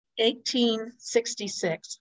1866